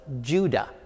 judah